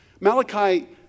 Malachi